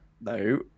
No